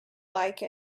like